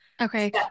Okay